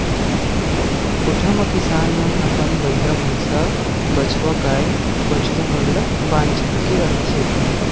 कोठा म किसान मन अपन बइला, भइसा, बछवा, गाय, बछरू मन ल बांध छांद के रखथे